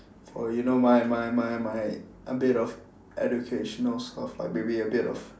for you know my my my my a bit of educational stuff like maybe a bit of